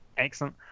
Excellent